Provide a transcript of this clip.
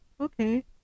Okay